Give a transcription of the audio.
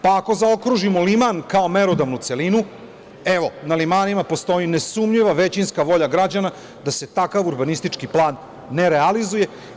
Pa, ako zaokružimo Liman kao merodavnu celinu, evo, na Limanima postoji nesumnjiva većinska volja građana da se takav urbanistički plan ne realizuje.